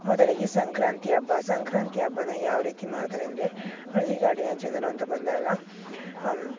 ಮೊದಲಿಗೆ ಸಂಕ್ರಾಂತಿ ಹಬ್ಬ ಸಂಕ್ರಾಂತಿ ಹಬ್ಬನ ಯಾವ ರೀತಿ ಮಾಡ್ತಾರೆಂದರೆ ಹಳ್ಳಿಗಾಡಿನ ಜನರು ಅಂತ ಬಂದಾಗ ಅಂ